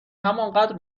همانقدر